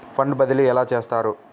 Fund బదిలీ ఎలా చేస్తారు?